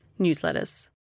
newsletters